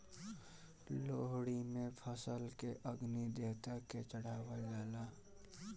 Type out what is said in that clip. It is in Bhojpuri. लोहड़ी में फसल के अग्नि देवता के चढ़ावल जाला